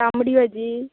तांबडी भाजी